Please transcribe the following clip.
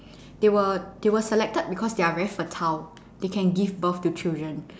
they were they were selected because they are very fertile they could give birth to children